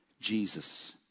Jesus